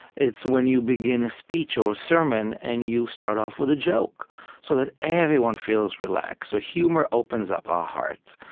it's when you begin a speech or a sermon, and you start off with a joke so that everyone feels relaxed. so humor opens up our hearts.